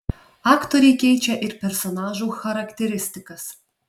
aktoriai keičia ir personažų charakteristikas